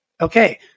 okay